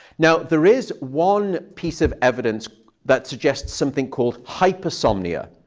now, there is one piece of evidence that suggests something called hyper-somnia,